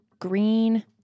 green